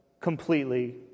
completely